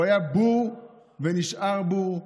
הוא היה בור ונשאר בור.